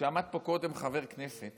כשעמד פה קודם חבר כנסת